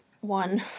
One